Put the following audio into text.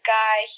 guy